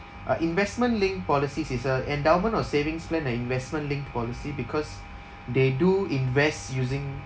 uh investment linked policies is a endowment or savings plan that investment linked policy because they do invest using